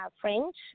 French